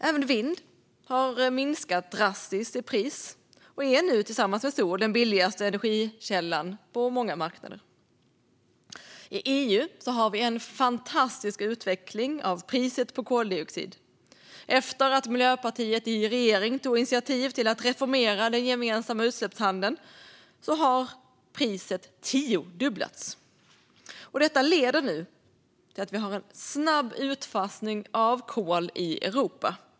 Även vindkraft har minskat drastiskt i pris och är nu tillsammans med solenergi den billigaste energikällan på många marknader. I EU har vi en fantastisk utveckling av priset på koldioxid. Efter att Miljöpartiet i regering tog initiativ till att reformera den gemensamma utsläppshandeln har priset tiodubblats. Detta leder nu till att vi har en snabb utfasning av kol i Europa.